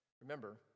remember